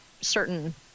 certain